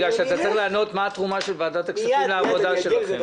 בגלל שאתה צריך לענות מה התרומה של ועדת הכספים לעבודה שלכם.